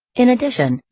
in addition,